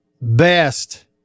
best